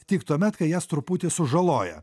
tik tuomet kai jas truputį sužaloja